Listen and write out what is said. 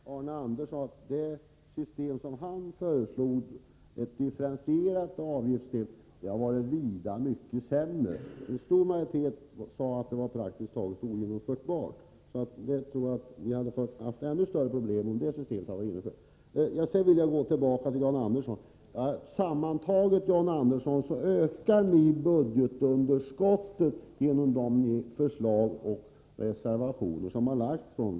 Herr talman! Får jag först säga till Arne Andersson att det system som han föreslog, med differentierade avgifter, hade varit vida sämre. En stor majoritet sade att det var praktiskt taget ogenomförbart, så jag tror att vi skulle ha haft ännu större problem om det systemet hade varit infört. Sedan vill jag gå tillbaka till John Andersson. Sammantaget skulle de reservationer och förslag som vpk har lagt fram öka budgetunderskottet, John Andersson.